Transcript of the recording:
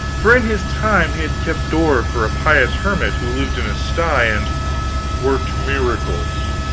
for in his time he had kept door for a pious hermit who lived in a sty and worked miracles.